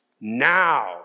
now